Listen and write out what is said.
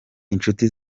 inshuti